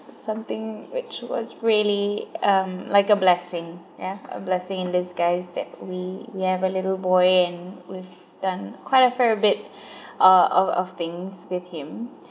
something which was really um like a blessing yeah a blessing in disguise that we we have a little boy and we’ve done quite a fair bit of of of things with him